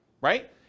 right